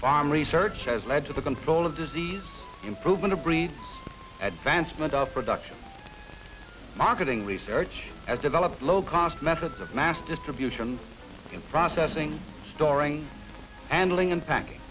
farm research has led to the control of disease improvement to breed at vance mode of production marketing research has developed low cost methods of mass distribution in processing storing handling and packing